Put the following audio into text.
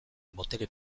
botere